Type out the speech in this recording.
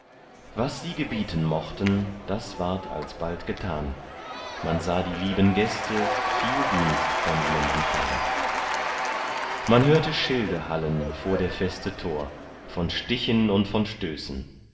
was sie gebieten mochten das ward alsbald getan man sah die lieben gäste viel dienst von ihnen empfahn man hörte schilde hallen vor der feste tor von stichen und von stößen